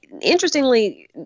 interestingly